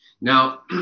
Now